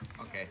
Okay